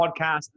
podcast